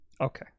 Okay